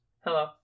Hello